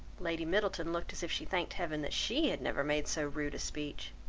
lady middleton looked as if she thanked heaven that she had never made so rude a speech.